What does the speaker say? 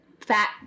fat